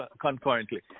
concurrently